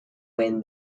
win